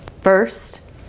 first